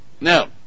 Now